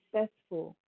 successful